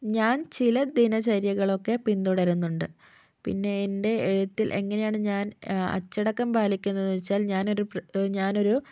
ഞാൻ ചില ദിനചര്യകളൊക്കെ പിന്തുടരുന്നുണ്ട് പിന്നെ എൻ്റെ എഴുത്തിൽ എങ്ങനെയാണ് ഞാൻ അച്ചടക്കം പാലിക്കുന്നത് ചോദിച്ചാൽ ഞാനൊരു പ്ര ഞാനൊരു